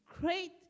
great